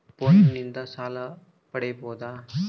ಫೋನಿನಿಂದ ಸಾಲ ಪಡೇಬೋದ?